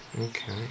Okay